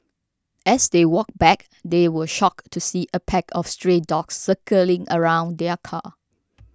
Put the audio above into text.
as they walked back they were shocked to see a pack of stray dogs circling around their car